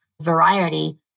variety